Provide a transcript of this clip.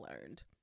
learned